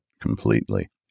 completely